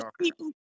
people